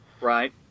Right